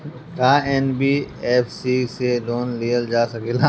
का एन.बी.एफ.सी से लोन लियल जा सकेला?